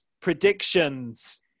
predictions